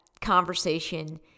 conversation